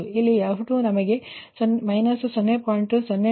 ಇಲ್ಲಿ f2 ಇಲ್ಲಿ ನಮಗೆ −0